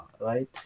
right